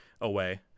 away